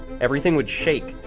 everything would shake.